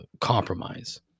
compromise